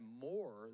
more